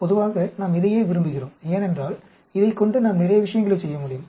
பொதுவாக நாம் இதையே விரும்புகிறோம் ஏனென்றால் இதைக் கொண்டு நாம் நிறைய விஷயங்களைச் செய்ய முடியும்